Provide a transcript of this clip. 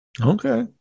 okay